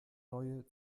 neue